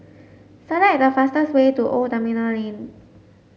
select the fastest way to Old Terminal Lane